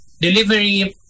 delivery